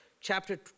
chapter